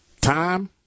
Time